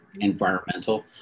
environmental